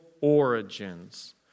origins